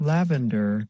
Lavender